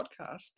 podcast